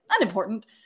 unimportant